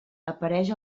apareix